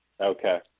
Okay